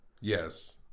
yes